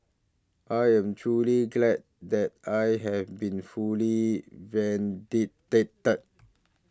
I am truly glad that I have been fully